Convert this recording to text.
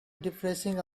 depressing